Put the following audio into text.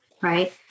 right